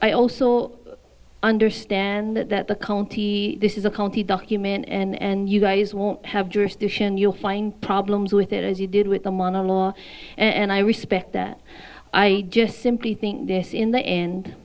i also understand that the county this is a county document and you guys won't have jurisdiction you'll find problems with it as you did with the monologue and i respect that i just simply think this in the end